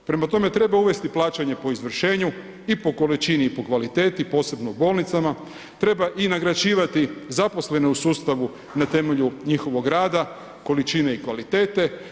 Prema tome, treba uvesti plaćanje po izvršenju i po količini i po kvaliteti posebno u bolnicama, treba i nagrađivati zaposlene u sustavu na temelju njihovog rada, količine i kvalitete.